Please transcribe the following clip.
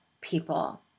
people